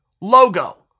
logo